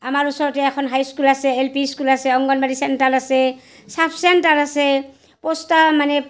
আমাৰ ওচৰতে এখন হাইস্কুল আছে এল পি স্কুল আছে অংগনবাডী চেণ্টাৰ আছে চাব চেণ্টাৰ আছে পোষ্টাৰ মানে